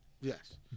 yes